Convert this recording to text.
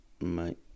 Mate